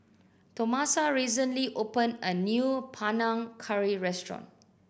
Tomasa recently opened a new Panang Curry restaurant